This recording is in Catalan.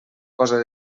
cosa